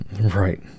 Right